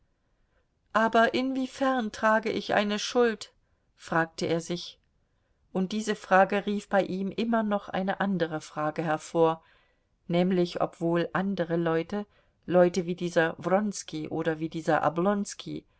aber inwiefern trage ich eine schuld fragte er sich und diese frage rief bei ihm immer noch eine andere frage hervor nämlich ob wohl andere leute leute wie dieser wronski oder wie dieser